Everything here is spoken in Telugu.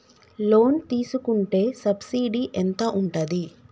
లోన్ తీసుకుంటే సబ్సిడీ ఎంత ఉంటది?